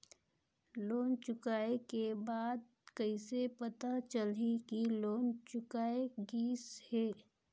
Loan चुकाय के बाद कइसे पता चलही कि लोन चुकाय गिस है?